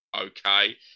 okay